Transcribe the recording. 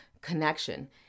connection